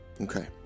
Okay